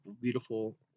beautiful